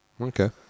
Okay